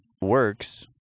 works